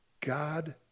God